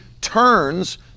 turns